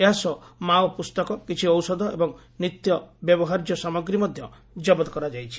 ଏହା ସହ ମାଓ ପ୍ରସ୍ତକ କିଛି ଔଷଧ ଏବଂ ନିତ୍ୟବ୍ୟବହାର୍ଯ୍ୟ ସାମଗ୍ରୀ ମଧ୍ୟ ଜବତ କରାଯାଇଛି